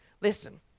Listen